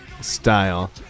style